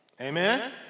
Amen